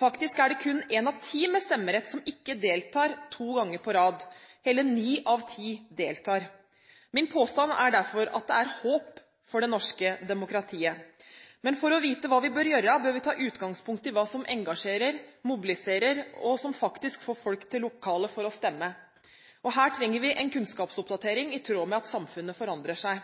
Faktisk er det kun en av ti med stemmerett som ikke deltar to ganger på rad. Hele ni av ti deltar. Min påstand er derfor at det er håp for det norske demokratiet. Men for å vite hva vi bør gjøre, bør vi ta utgangspunkt i hva som engasjerer, mobiliserer og som faktisk får folk til lokalet for å stemme. Her trenger vi en kunnskapsoppdatering i tråd med at samfunnet forandrer seg.